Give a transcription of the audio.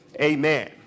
Amen